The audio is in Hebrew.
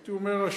הייתי אומר,